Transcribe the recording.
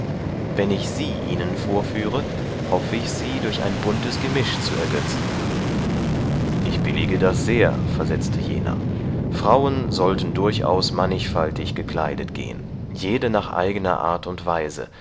wenn ich sie ihnen vorführe hoffe ich sie durch ein buntes gemisch zu ergötzen ich billige das sehr versetzte jener frauen sollten durchaus mannigfaltig gekleidet gehen jede nach eigner art und weise